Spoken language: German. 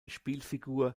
spielfigur